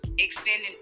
Extending